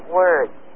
words